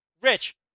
Rich